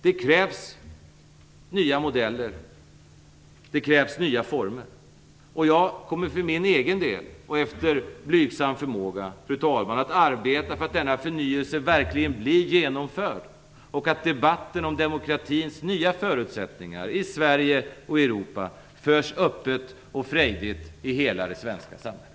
Det krävs nya modeller och nya former. Jag kommer för min egen del och efter blygsam förmåga, fru talman, att arbeta för att denna förnyelse verkligen blir genomförd och att debatten om demokratins nya förutsättningar i Sverige och i Europa förs öppet och frejdigt i hela det svenska samhället.